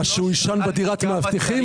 מה, שהוא יישן בדירת מאבטחים?